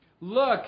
Look